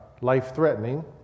life-threatening